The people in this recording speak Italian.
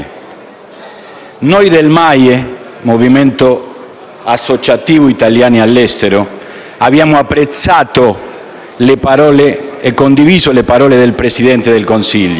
noi del Movimento associativo italiani all'estero (MAIE) abbiamo apprezzato e condiviso le parole del Presidente del Consiglio.